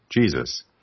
Jesus